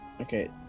Okay